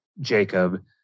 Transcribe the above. Jacob